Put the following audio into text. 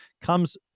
comes